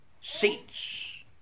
seats